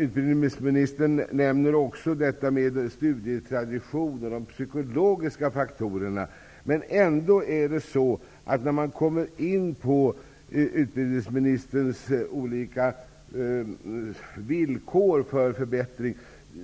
Utbildningsministern nämner också betydelsen av studietraditioner och de psykologiska faktorerna, men i utbildningsministerns olika villkor för att en förbättring